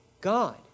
God